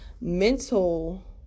mental